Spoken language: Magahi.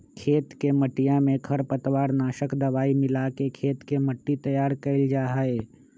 खेत के मटिया में खरपतवार नाशक दवाई मिलाके खेत के मट्टी तैयार कइल जाहई